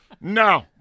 No